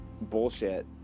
bullshit